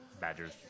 Badgers